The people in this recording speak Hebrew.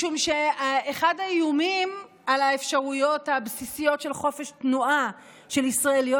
משום שאחד האיומים על האפשרויות הבסיסיות של חופש תנועה של ישראליות